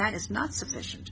that is not sufficient